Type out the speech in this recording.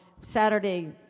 Saturday